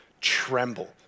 tremble